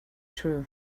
true